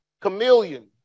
chameleon